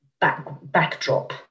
backdrop